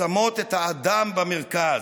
השמות את האדם במרכז.